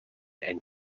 and